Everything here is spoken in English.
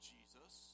Jesus